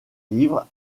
livre